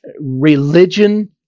religion